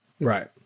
Right